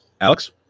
alex